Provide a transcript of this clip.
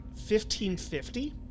1550